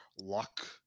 luck